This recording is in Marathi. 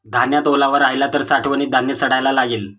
धान्यात ओलावा राहिला तर साठवणीत धान्य सडायला लागेल